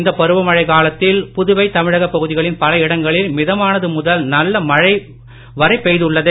இந்த பருவமழை காலத்தில் புதுவை தமிழக பகுதிகளின் பல இடங்களில் மிதமானது முதல் நல்ல மழை வரை பெய்துள்ளது